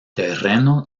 terreno